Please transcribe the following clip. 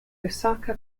osaka